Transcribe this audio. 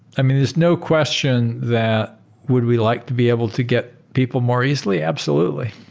i mean, there's no question that would we like to be able to get people more easily? absolutely.